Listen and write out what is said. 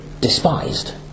despised